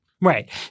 Right